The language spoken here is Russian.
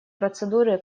процедуры